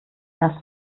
erst